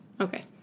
Okay